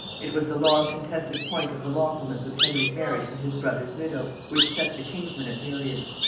it was the long-contested point of the lawfulness of henry's marriage with his brother's widow, which set the kinsmen at variance.